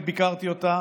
עת ביקרתי אותה